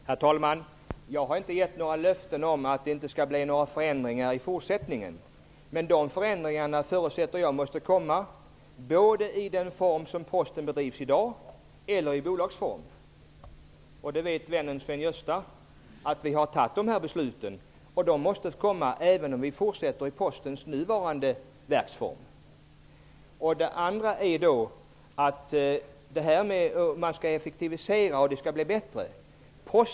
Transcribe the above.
Herr talman! Jag har inte gett några löften om att det inte skall bli några förändringar i fortsättningen. Jag förutsätter att de förändringarna måste genomföras i den form i vilken Posten bedrivs i dag eller i bolagsform. Då vet vännen Sven-Gösta Signell att vi har fattat dessa beslut. Förändringarna måste genomföras även om Man skall effektivisera, och det skall bli bättre.